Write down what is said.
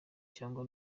cyangwa